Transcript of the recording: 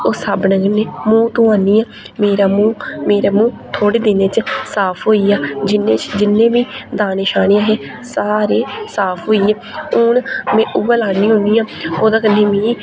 उस साबुनै कन्नै में मुंह् धोनारनी आं मेरा मुंह् मेरा मुंह् थोह्ड़े दिनें च साफ होई गेआ जिन्नें जिन्नें मिं दानें शानें ऐ हे सब सारें साफ होई गे हून में उ'ऐ लान्नी होन्नी आं ओह्दे कन्नै मिं